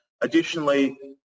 Additionally